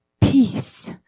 peace